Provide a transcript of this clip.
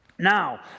Now